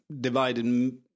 divided